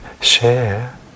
share